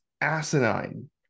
asinine